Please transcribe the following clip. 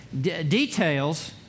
details